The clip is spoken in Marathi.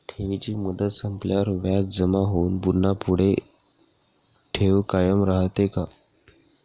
ठेवीची मुदत संपल्यावर व्याज जमा होऊन पुन्हा पुढे ठेव कायम राहते का?